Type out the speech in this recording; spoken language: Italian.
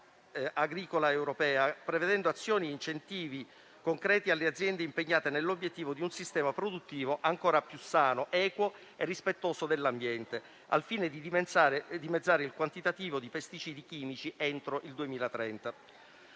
agricola europea, prevedendo azioni ed incentivi concreti alle aziende impegnate nell'obiettivo di un sistema produttivo ancora più sano, equo e rispettoso dell'ambiente, al fine di dimezzare il quantitativo di pesticidi chimici entro il 2030.